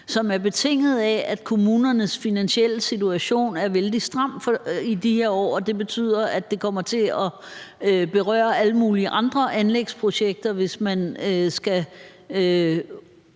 er betinget af, at kommunernes finansielle situation er vældig stram i de her år, og det betyder, at det kommer til at berøre alle mulige andre anlægsprojekter, hvis man skal